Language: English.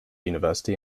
university